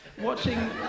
Watching